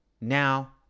now